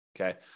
Okay